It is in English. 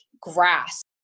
grasp